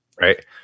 Right